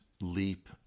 leap